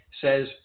says